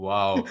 Wow